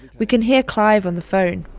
we can hear clive on the phone